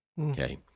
Okay